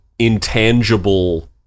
intangible